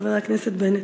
חבר הכנסת בנט.